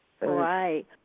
Right